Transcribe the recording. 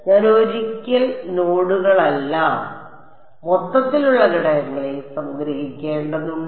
ഞാൻ ഒരിക്കൽ നോഡുകളല്ല മൊത്തത്തിലുള്ള ഘടകങ്ങളെ സംഗ്രഹിക്കേണ്ടതുണ്ട്